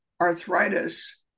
arthritis